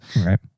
right